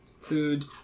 Food